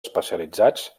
especialitzats